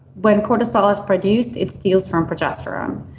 when cortisol is produced, it steals from progesterone.